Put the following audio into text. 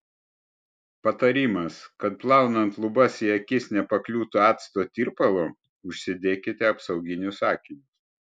patarimas kad plaunant lubas į akis nepakliūtų acto tirpalo užsidėkite apsauginius akinius